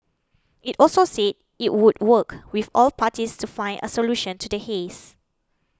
it also said it would work with all parties to find a solution to the haze